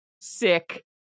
sick